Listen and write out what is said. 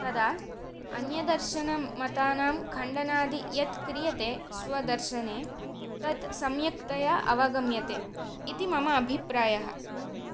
तदा अन्यदर्शनमतानां खण्डनादि यत् क्रियते स्वदर्शने तत् सम्यक्तया अवगम्यते इति मम अभिप्रायः